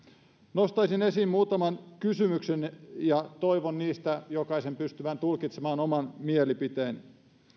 nostaisin esiin muutaman kysymyksen ja toivon jokaisen pystyvän tulkitsemaan niistä oman mielipiteeni